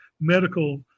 medical